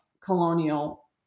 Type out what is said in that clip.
colonial